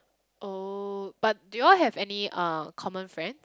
oh but do you all have any uh common friend